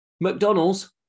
McDonald's